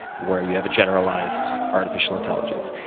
where you have a generalized artificial intelligence.